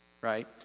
right